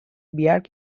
বিয়াৰ